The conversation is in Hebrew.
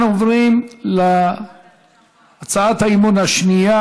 אנחנו עוברים להצעת האי-אמון השנייה,